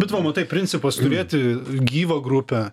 bet va matai principas turėti gyvą grupę